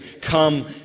come